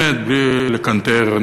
באמת בלי לקנטר,